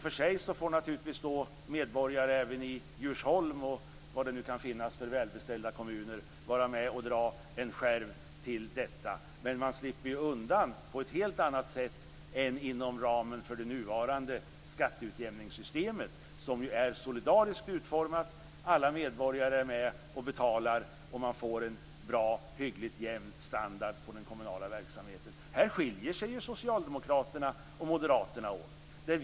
Då får i och för sig även medborgare i Djursholm, och vad det nu kan finnas för välbeställda kommuner, bidra med en skärv till detta. Men man slipper ju undan på ett helt annat sätt än vad som sker inom ramen för det nuvarande skatteutjämningssystemet som är solidariskt utformat. Alla medborgare är med och betalar, och man får en bra och hyggligt jämn standard på den kommunala verksamheten. Här skiljer sig ju Socialdemokraterna och Moderaterna åt.